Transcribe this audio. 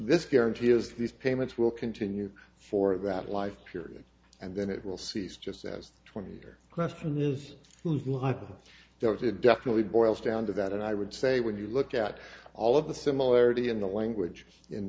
this guarantee is these payments will continue for that life period and then it will cease just says twenty year question is there is it definitely boils down to that and i would say when you look at all of the similarity in the language